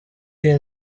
iyi